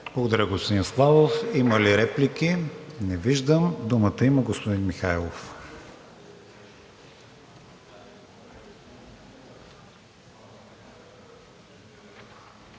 Благодаря, господин Митов. Има ли реплики? Не виждам. Думата има господин Костадинов.